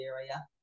area